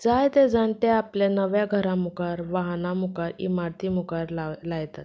जायते जाणटे आपल्या नव्या घरा मुखार वाहना मुखार इमारती मुखार लाव लायतात